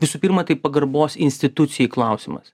visų pirma tai pagarbos institucijai klausimas